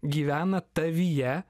gyvena tavyje